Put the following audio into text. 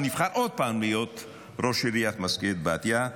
הוא נבחר עוד פעם להיות ראש עיריית מזכרת בתיה.